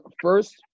first